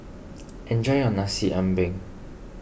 enjoy your Nasi Ambeng